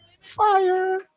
Fire